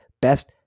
best